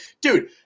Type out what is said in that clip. dude